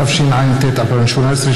התשע"ט 2018,